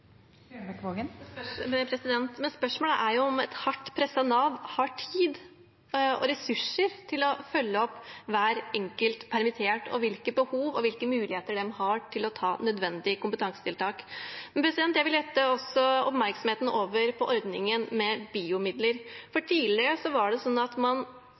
Men spørsmålet er om et hardt presset Nav har tid og ressurser til å følge opp hver enkelt permittert og hvilke behov og muligheter vedkommende har for nødvendige kompetansetiltak. Jeg vil også rette oppmerksomheten over på ordningen med BIO-midler. Tidligere var det sånn at man